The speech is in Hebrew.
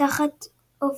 תחת אופ"א.